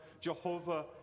Jehovah